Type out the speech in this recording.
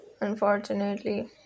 unfortunately